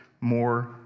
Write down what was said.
more